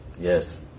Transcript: Yes